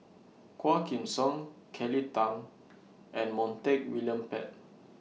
Quah Kim Song Kelly Tang and Montague William Pett